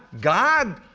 God